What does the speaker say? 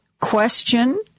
question